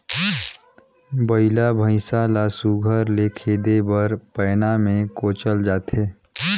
बइला भइसा ल सुग्घर ले खेदे बर पैना मे कोचल जाथे